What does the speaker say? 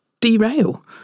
derail